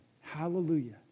hallelujah